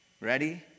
Ready